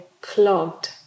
clogged